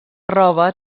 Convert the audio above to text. roba